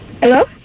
Hello